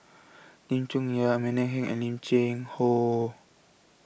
Lim Chong Yah Amanda Heng and Lim Cheng Hoe